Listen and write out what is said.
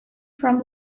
from